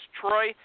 Troy